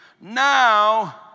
now